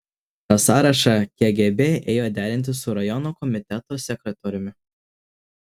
tą sąrašą kgb ėjo derinti su rajono komiteto sekretoriumi